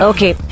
Okay